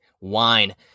wine